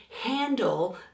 handle